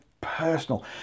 personal